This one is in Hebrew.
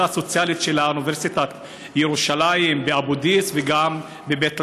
סוציאלית של אוניברסיטת ירושלים באבו דיס וגם בבית לחם,